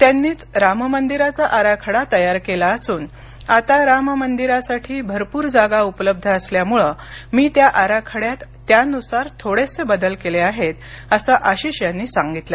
त्यांनीच राममंदिराचा आराखडा तयार केला असून आता राममंदिरासाठी भरपूर जागा उपलब्ध असल्यामुळे मी त्या आराखड्यात त्यानुसार थोडेसे बदल केले आहेत असं आशीष यांनी सांगितलं